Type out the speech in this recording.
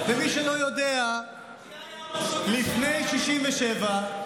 ומי שלא יודע, לפני 67'